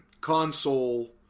console